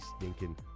stinking